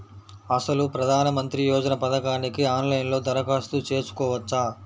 అసలు ప్రధాన మంత్రి యోజన పథకానికి ఆన్లైన్లో దరఖాస్తు చేసుకోవచ్చా?